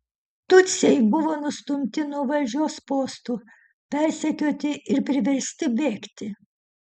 tutsiai buvo nustumti nuo valdžios postų persekioti ir priversti bėgti